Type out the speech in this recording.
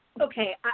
Okay